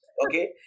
Okay